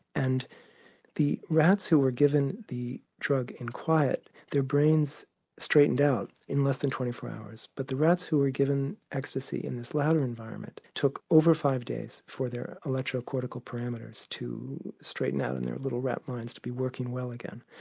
and the rats who were given the drug in quiet, their brains straightened out in less than twenty four hours but the rats who were given ecstasy in this louder environment took over five days for their electro cortical parameters to straighten out in their little rat minds to be working well again.